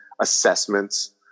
assessments